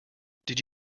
did